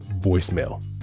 voicemail